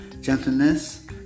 gentleness